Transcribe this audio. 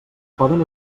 poden